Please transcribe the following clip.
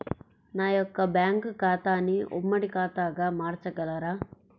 నా యొక్క బ్యాంకు ఖాతాని ఉమ్మడి ఖాతాగా మార్చగలరా?